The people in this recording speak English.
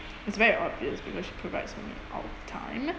it's very obvious because she provides me all the time